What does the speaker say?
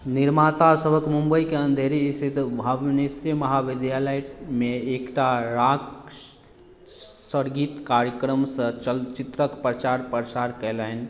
निर्माता सबहक मुम्बइके अन्धेरी स्थित भावन्स महाविद्यालयमे एकटा रॉक सङ्गीत कार्यक्रमसँ चलचित्रक प्रचार प्रसार कयलनि